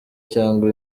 cyangwa